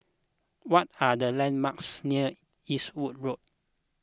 what are the landmarks near Eastwood Road